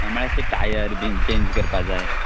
म्हळ्या अशे टायर बीन चेंज करपा जाय